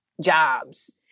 jobs